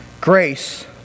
grace